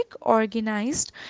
organized